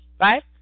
Right